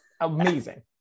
amazing